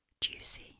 juicy